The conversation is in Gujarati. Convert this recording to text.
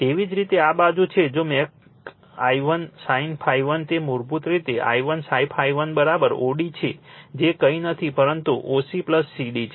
તેવી જ રીતે આ બાજુ છે જો મેક I1 sin ∅1 એ મૂળભૂત રીતે I1 sin ∅1 OD છે જે કંઈ નથી પરંતુ OC CD છે